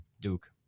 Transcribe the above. Duke